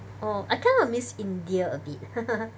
orh I kind of miss India a bit